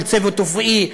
של צוות רפואי,